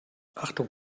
achtung